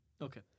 Okay